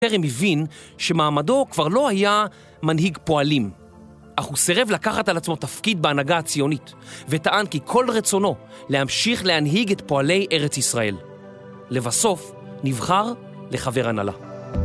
טרם הבין שמעמדו כבר לא היה מנהיג פועלים, אך הוא סירב לקחת על עצמו תפקיד בהנהגה הציונית וטען כי כל רצונו להמשיך להנהיג את פועלי ארץ ישראל. לבסוף נבחר לחבר הנהלה.